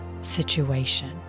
situation